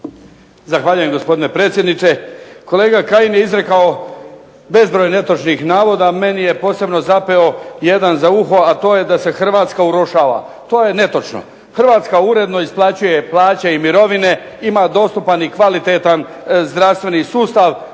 Zahvaljujem gospodine predsjedniče. Kolega Kajin je izrekao bezbroj netočnih navoda. Meni je posebno zapeo jedan za uho, a to je da se Hrvatska urušava. To je netočno. Hrvatska uredno isplaćuje plaće i mirovine, ima dostupan i kvalitetan zdravstveni sustav,